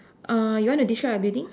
uh you want to describe your building